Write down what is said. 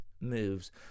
moves